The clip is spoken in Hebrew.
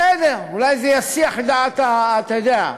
בסדר, אולי זה יסיח את דעת, אתה יודע,